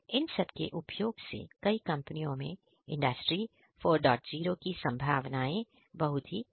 इन सब के उपयोग से कई कंपनियों में इंडस्ट्री 40 की संभावनाएं बहुत ही बढ़ जाती हैं